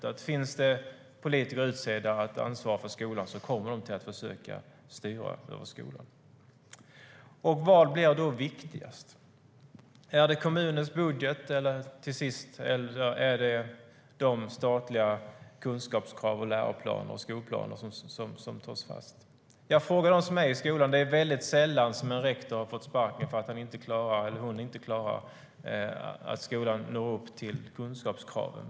Om det finns politiker utsedda för att ansvara för skolan kommer de att försöka styra över skolan. Vad blir då viktigast? Är det till sist kommunens budget, eller är det de statliga kunskapskrav, läroplaner och skolplaner som slås fast? När jag frågar dem som är i skolan är det sällan jag hör att en rektor har fått sparken för att han eller hon inte klarar att få skolan att nå upp till kunskapskraven.